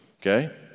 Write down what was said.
okay